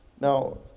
Now